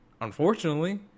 Unfortunately